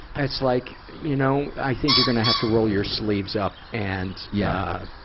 that's like, you know, i think you're gonna have to roll your sleeves up and, yeah